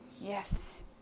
yes